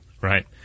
right